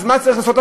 אז מה צריך לעשות?